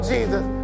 Jesus